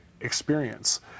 experience